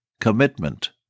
commitment